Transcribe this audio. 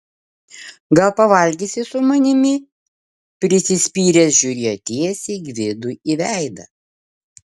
gal pavalgysi su manimi prisispyręs žiūrėjo tiesiai gvidui į veidą